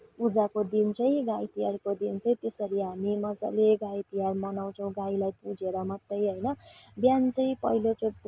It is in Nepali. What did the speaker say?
पूजाको दिन चाहिँ गाई तिहारको दिन चाहिँ त्यसरी हामी मजाले गाई तिहार मनाउँछौँ गाईलाई पुजेर मात्रै होइन बिहान चाहिँ पहिलो चाहिँ